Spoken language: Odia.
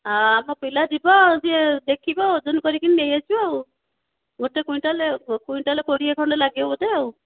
ଆମ ପିଲା ଯିବ ଆଉ ସେ ଦେଖିବ ଓଜନ କରିକି ନେଇ ଆସିବ ଆଉ ଗୋଟେ କୁଇଣ୍ଟାଲେ କୁଇଣ୍ଟାଲେ କୋଡ଼ିଏ ଖଣ୍ଡେ ଲାଗିବ ବୋଧେ ଆଉ